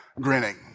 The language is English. grinning